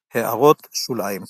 הערות שוליים ==